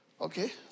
Okay